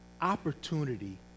opportunity